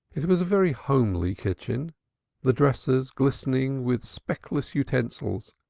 it was a very homely kitchen the dressers glistening with speckless utensils,